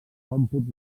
còmput